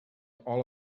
all